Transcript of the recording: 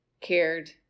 cared